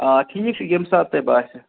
آ ٹھیٖک چھِ ییٚمہِ ساتہٕ تۄہہِ باسہِ